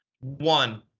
One